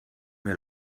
mir